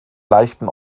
leichten